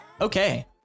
Okay